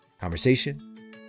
conversation